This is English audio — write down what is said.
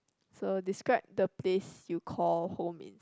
so describe the place you call home in